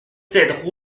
sept